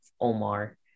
Omar